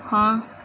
ਹਾਂ